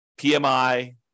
PMI